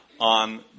on